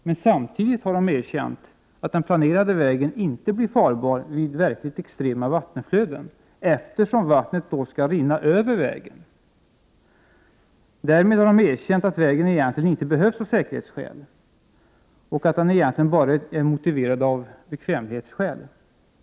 Men samtidigt har man erkänt att den planerade vägen inte blir farbar vid verkligt extrema vattenflöden, eftersom vattnet då skall rinna över vägen. Därmed har man erkänt att vägen egentligen inte behövs av säkerhetsskäl och att den egentligen bara är motiverad av bekvämlighetsskäl.